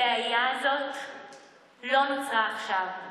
הבעיה הזאת לא נוצרה עכשיו,